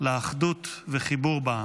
לאחדות וחיבור בעם.